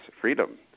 freedom